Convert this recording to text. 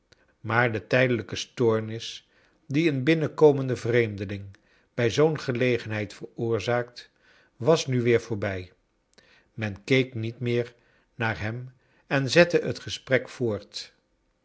maar de tijdelijke stoornis die een binnenkomende vreemdeling bij zoo'n gelegenheid veroorzaakt was nu weer voorbij men keek niet meer naar hem en zette het gesprek voort